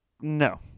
No